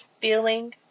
feeling